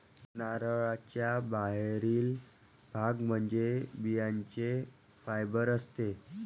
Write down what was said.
नारळाचा बाहेरील भाग म्हणजे बियांचे फायबर असते